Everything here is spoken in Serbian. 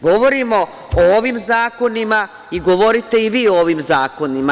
Govorimo o ovim zakonima i govorite i vi o ovim zakonima.